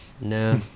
No